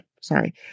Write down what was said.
sorry